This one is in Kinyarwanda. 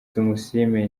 tumusiime